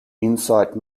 insight